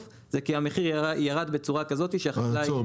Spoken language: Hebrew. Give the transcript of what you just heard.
זה כי המחיר ירד בצורה כזאת שהחקלאי --- עצור.